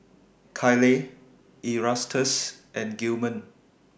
Kyleigh Erastus and Gilman